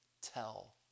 tell